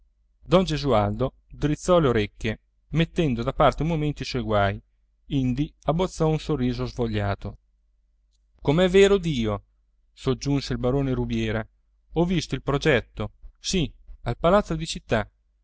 don gesualdo drizzò le orecchie mettendo da parte un momento i suoi guai indi abbozzò un sorriso svogliato come è vero dio soggiunse il barone rubiera ho visto il progetto sì al palazzo di città